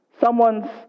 someone's